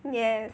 yes